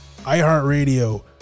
iHeartRadio